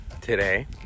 today